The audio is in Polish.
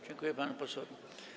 Dziękuję panu posłowi.